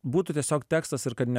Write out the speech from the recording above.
būtų tiesiog tekstas ir kad ne